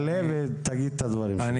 הפנים,